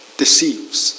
deceives 。